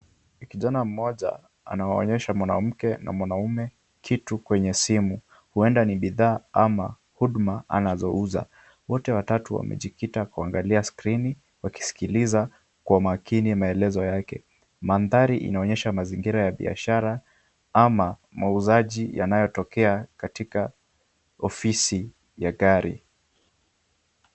kijana mmoja anawaonyesha mwanamke na mwanaume kitu kwenye simu. huwenda ni bidhaa ama huduma anazouza. Wote watatu wamejikita kuangalia screen wakiskiliza kwa makini maelezo yake. Mandhari yanaonyesha mazingira ya biashara ama mauzaji yanayotokea katika ofisi ya gari.